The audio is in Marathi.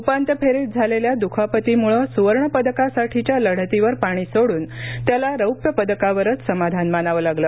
उपान्त्यफेरीत झालेल्या दुखापतीमुळे सुवर्णपदकासाठीच्या लढतीवर पाणी सोडून त्याला रौप्यपदकावरच समाधान मानावं लागलं